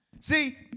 See